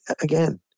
again